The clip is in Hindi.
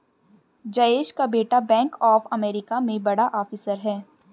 जयेश का बेटा बैंक ऑफ अमेरिका में बड़ा ऑफिसर है